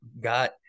got